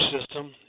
system